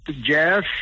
jazz